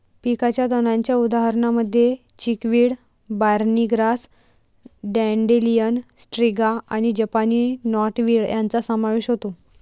पिकाच्या तणांच्या उदाहरणांमध्ये chickweed, barnyard grass, dandelion, striga आणि जपानी नॉटवीड यांचा समावेश होतो